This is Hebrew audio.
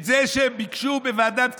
את זה שביקשו בוועדת הכספים,